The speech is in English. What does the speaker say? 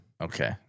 Okay